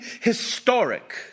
historic